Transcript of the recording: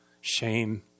shame